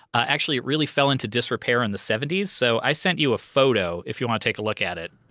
actually, it really fell into disrepair in the seventy s, so i sent you a photo if you want to take a look at it